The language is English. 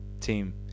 team